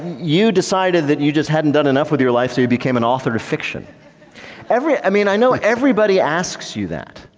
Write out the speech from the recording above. you decided that you just hadn't done enough with your life. so you became an author to fiction every i mean, i know everybody asks you that.